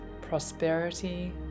prosperity